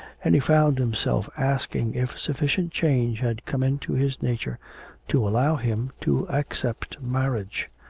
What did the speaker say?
and he found himself asking if sufficient change had come into his nature to allow him to accept marriage.